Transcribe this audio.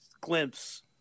glimpse